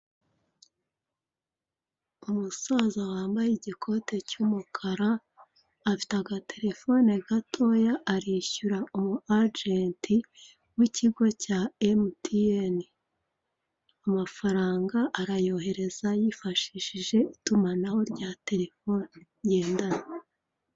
Umusaza wambaye igikote cy'umukara, afite agatelefoni gatoya, arishyura umu-agenti w'ikigo cya MTN. Amafaranga arayohereza yifashishije itumanaho rya telefoni ngendanwa.